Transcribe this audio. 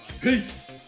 Peace